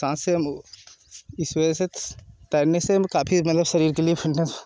सांस से वो इस वजह से तैरने से काफी मतलब शरीर के लिए फिटनेस